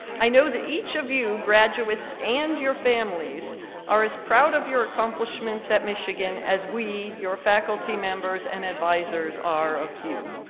i know that each of you graduates and your families are as proud of your accomplishments at michigan as we, your faculty members and advisors, are of you.